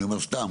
אני אומר סתם,